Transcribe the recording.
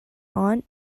aunt